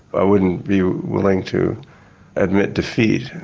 i wouldn't be willing to admit defeat,